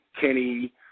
Kenny